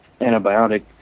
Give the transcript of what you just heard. antibiotic